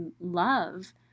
love